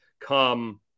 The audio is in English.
come